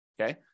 okay